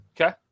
okay